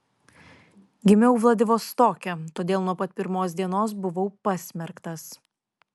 gimiau vladivostoke todėl nuo pat pirmos dienos buvau pasmerktas